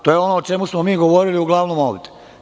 To je ono o čemu smo mi govorili uglavnom ovde.